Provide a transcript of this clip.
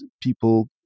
people